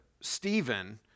Stephen